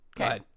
Okay